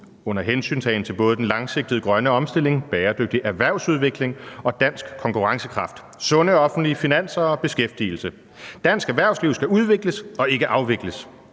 under hensyntagen til både den langsigtede grønne omstilling, bæredygtig erhvervsudvikling og dansk konkurrencekraft, sunde offentlige finanser og beskæftigelse. Dansk erhvervsliv skal udvikles og ikke afvikles.